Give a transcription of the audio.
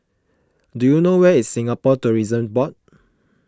do you know where is Singapore Tourism Board